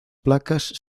placas